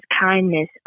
kindness